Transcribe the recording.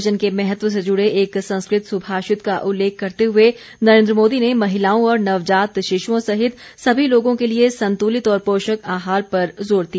भोजन के महत्व से जुड़े एक संस्कृत सुभाषित का उल्लेख करते हुए नरेन्द्र मोदी ने महिलाओं और नवजात शिशुओं सहित सभी लोगों के लिए संतुलित और पोषक आहार पर जोर दिया